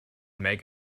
make